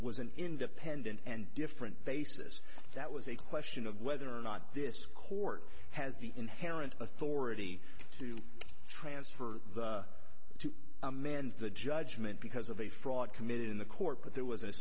was an independent and different basis that was a question of whether or not this court has the inherent authority to transfer to amend the judgment because of a fraud committed in the court that there was a